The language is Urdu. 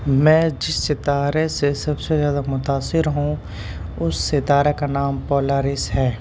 میں جس ستارے سے سب سے زیادہ متاثر ہوں اس ستارہ کا نام پولارس ہے